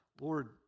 Lord